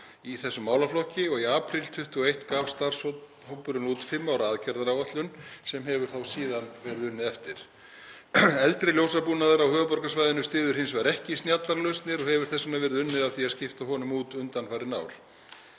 í þessum málaflokki. Í apríl 2021 gaf starfshópurinn út fimm ára aðgerðaáætlun sem hefur síðan verið unnið eftir. Eldri ljósabúnaðar á höfuðborgarsvæðinu styður hins vegar ekki snjallar lausnir og hefur þess vegna verið unnið að því að skipta honum út undanfarin ár.